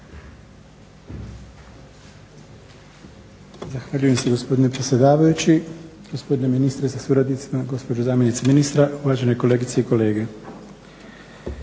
Hvala.